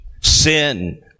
sin